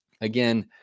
Again